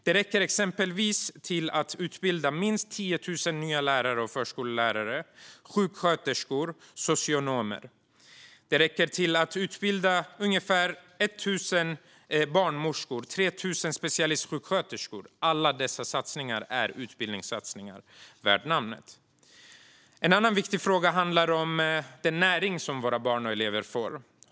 Det räcker exempelvis till att utbilda minst 10 000 nya lärare, förskollärare, sjuksköterskor och socionomer. Det räcker till att utbilda ungefär 1 000 barnmorskor och 3 000 specialistsjuksköterskor. Alla dessa satsningar är utbildningssatsningar värda namnet. En annan viktig fråga handlar om den näring som våra barn och elever får.